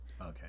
Okay